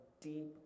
deep